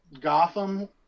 gotham